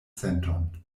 senton